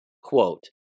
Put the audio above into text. Quote